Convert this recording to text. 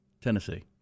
Tennessee